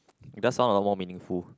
it does sound a lot more meaningful